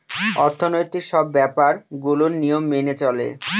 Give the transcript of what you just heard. অর্থনৈতিক সব ব্যাপার গুলোর নিয়ম মেনে চলে